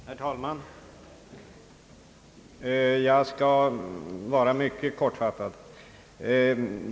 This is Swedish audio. Herr talman! Jag skall fatta mig mycket kort.